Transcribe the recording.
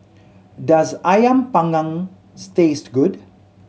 does Ayam Panggang taste good